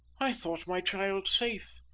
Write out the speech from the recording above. i thought my child safe,